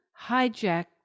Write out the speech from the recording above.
hijack